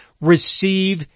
receive